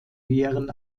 ehren